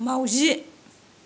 मावजि